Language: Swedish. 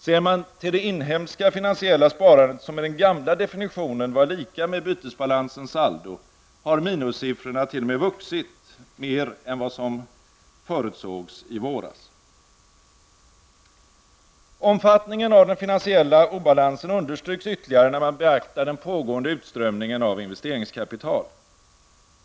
Ser man till det inhemska finansiella sparandet, som med den gamla definitionen var lika med bytesbalansens saldo, har minussiffrorna t.o.m. vuxit mer än vad som förutsågs i våras. Omfattningen av den finansiella obalansen understryks ytterligare, när man beaktar den pågående utströmningen av investeringskapital.